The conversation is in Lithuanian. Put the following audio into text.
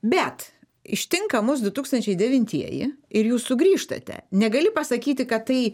bet ištinka mus du tūkstančiai devintieji ir jūs sugrįžtate negali pasakyti kad tai